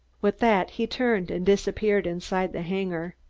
with that he turned and disappeared inside the hangar.